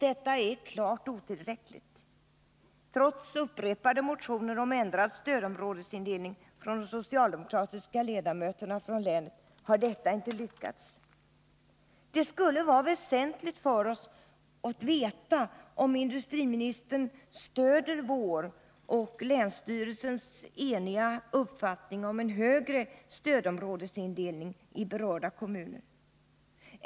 Detta är klart otillräckligt. Trots upprepade motioner om ändrad stödområdesindelning från länets socialdemokratiska riksdagsledamöter har det inte lyckats oss att få en ändring till stånd. Det skulle vara väsentligt för oss att veta, om industriministern stöder vår och länsstyrelsens enhälliga uppfattning att berörda kommuner bör få en gynnsammare stödområdesplacering.